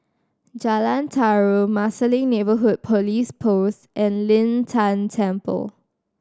Jalan Tarum Marsiling Neighbourhood Police Post and Lin Tan Temple